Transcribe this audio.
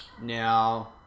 Now